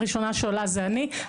הראשונה שעולה זה אני,